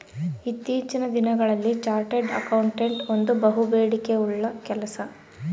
ಇತ್ತೀಚಿನ ದಿನಗಳಲ್ಲಿ chartered accountant ಒಂದು ಬಹುಬೇಡಿಕೆ ಉಳ್ಳ ಕೆಲಸ